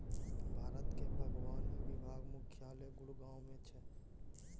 भारतक बागवानी विभाग मुख्यालय गुड़गॉव मे छै